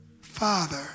father